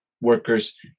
workers